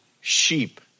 sheep